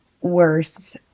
worse